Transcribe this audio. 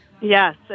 Yes